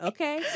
Okay